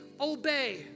obey